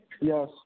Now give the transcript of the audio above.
Yes